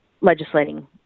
legislating